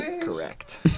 correct